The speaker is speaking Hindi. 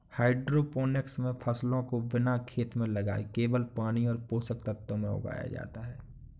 हाइड्रोपोनिक्स मे फसलों को बिना खेत में लगाए केवल पानी और पोषक तत्वों से उगाया जाता है